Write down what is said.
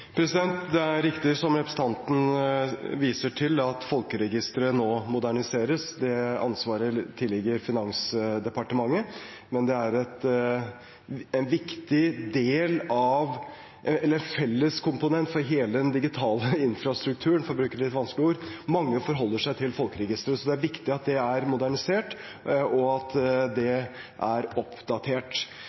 Det er riktig som representanten viser til, at folkeregisteret nå moderniseres. Det ansvaret tilligger Finansdepartementet, men det er en viktig felleskomponent for hele den digitale infrastrukturen – for å bruke litt vanskelige ord. Mange forholder seg til folkeregisteret, så det er viktig at det er modernisert og